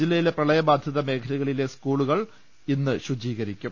ജില്ലയിലെ പ്രളയബാധിത മേഖലകളിലെ സ്കൂളുകൾ ഇന്ന് ശുചീകരിക്കും